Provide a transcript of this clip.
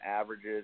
averages